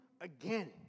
again